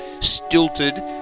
stilted